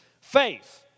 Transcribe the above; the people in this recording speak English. faith